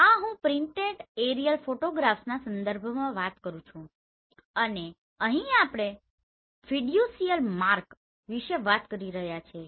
આ હું printed aerial ફોટોગ્રાફ્સના સંદર્ભમાં વાત કરું છું અને અહીં આપણે ફિડ્યુસીયલ માર્ક વિશે વાત કરી રહ્યા છીએ